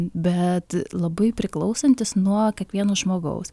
bet labai priklausantis nuo kiekvieno žmogaus